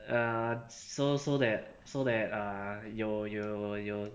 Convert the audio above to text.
err so so that so that 有有有